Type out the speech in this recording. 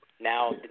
Now